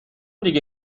دیگه